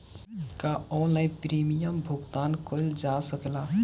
का online premium भुगतान कईल जा सकेला?